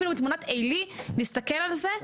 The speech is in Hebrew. אפילו מספיק להסתכל על זה מתמונה עילית,